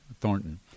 Thornton